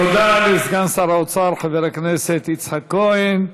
תודה לסגן שר האוצר, חבר הכנסת יצחק כהן.